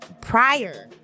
prior